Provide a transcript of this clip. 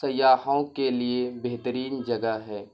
سیاحوں کے لیے بہترین جگہ ہے